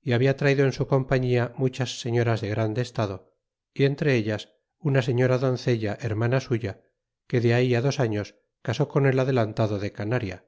y habla traido en su compañía muchas señoras de grande estado y entre ellas una señora doncella hermana suya que de ahí á dos años casó con el adelantado de canaria